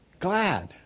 glad